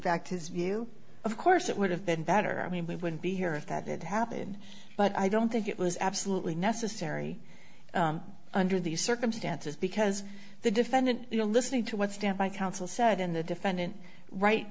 fact his view of course it would have been better i mean we wouldn't be here if that did happen but i don't think it was absolutely necessary under these circumstances because the defendant you know listening to what standby counsel said in the defendant right